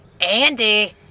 Andy